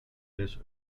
this